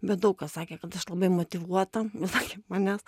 bet daug kas sakė kad aš labai motyvuota nu sakė manęs